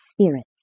spirits